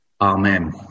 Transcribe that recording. Amen